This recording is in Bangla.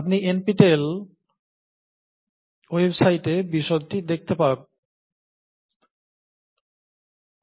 আপনি এনপিটিএল ওয়েবসাইটে বিশদটি দেখতে পারেন